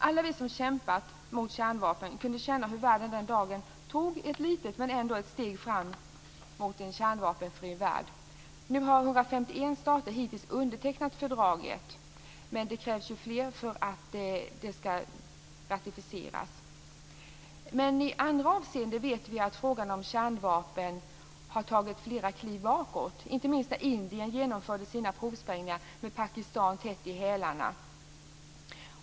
Alla vi som kämpat mot kärnvapen kunde känna hur världen den dagen tog ett litet, men ändå ett steg framåt mot en kärnvapenfri värld. Hittills har 151 stater undertecknat fördraget, men det krävs fler för att det skall ratificeras. I andra avseenden vet vi att frågan om kärnvapen har tagit flera kliv bakåt, inte minst när Indien genomförde sina provsprängningar, med Pakistan tätt i hälarna.